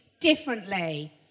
differently